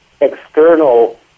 external